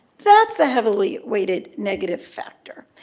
that's a heavily weighted negative factor.